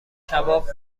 کباب